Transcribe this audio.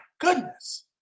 goodness